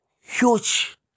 huge